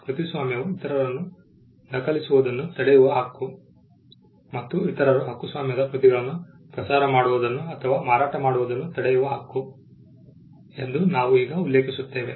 ಕೃತಿಸ್ವಾಮ್ಯವು ಇತರರನ್ನು ನಕಲಿಸುವುದನ್ನು ತಡೆಯುವ ಹಕ್ಕು ಮತ್ತು ಇತರರು ಹಕ್ಕುಸ್ವಾಮ್ಯದ ಕೃತಿಗಳನ್ನು ಪ್ರಸಾರ ಮಾಡುವುದನ್ನು ಅಥವಾ ಮಾರಾಟ ಮಾಡುವುದನ್ನು ತಡೆಯುವ ಹಕ್ಕು ಎಂದು ನಾವು ಈಗ ಉಲ್ಲೇಖಿಸುತ್ತೇವೆ